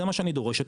זה מה שאני דורשת,